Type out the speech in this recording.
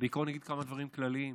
בעיקרון אני אגיד כמה דברים כלליים.